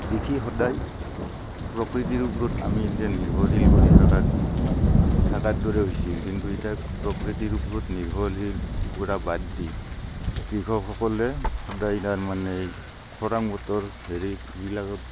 কৃষি সদাই প্ৰকৃতিৰ ওপৰত আমি এতিয়া নিৰ্ভৰশীল কৰি থকাত থকাৰ দৰে হৈছিল কিন্তু এতিয়া প্ৰকৃতিৰ ওপৰত নিৰ্ভশীল কৰা বাদ দি কৃষকসকলে সদাই তাৰমানে খৰাং বতৰ হেৰি এইবিলাকত